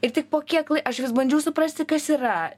ir tik po kiek aš vis bandžiau suprasti kas yra